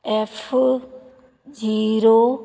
F zero